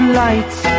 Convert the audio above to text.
lights